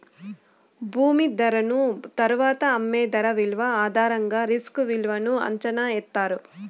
భూమి ధరను తరువాత అమ్మే ధర విలువ ఆధారంగా రిస్క్ విలువను అంచనా ఎత్తారు